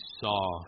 saw